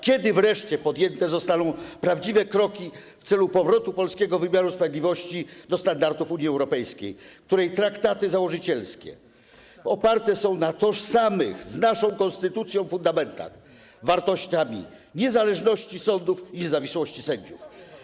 Kiedy wreszcie podjęte zostaną prawdziwe kroki w celu powrotu polskiego wymiaru sprawiedliwości do standardów Unii Europejskiej, której traktaty założycielskie oparte są na tożsamych z naszą konstytucją fundamentach, wartościach, niezależności sądów, niezawisłości sędziów?